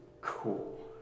Cool